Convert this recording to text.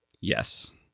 Yes